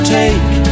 take